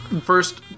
First